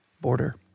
border